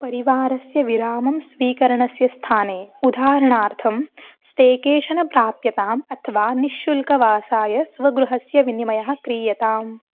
परिवारस्य विरामं स्वीकरणस्य स्थाने उदाहरणार्थं स्टेकेशन् प्राप्यताम् अथवा निश्शुल्कवासाय स्वगृहस्य विनिमयः क्रियताम्